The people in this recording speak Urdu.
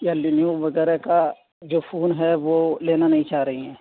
یا لینووو وغیرہ کا جو فون ہے وہ لینا نہیں چاہ رہی ہیں